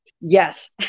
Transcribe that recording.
Yes